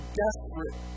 desperate